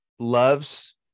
Loves